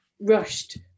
rushed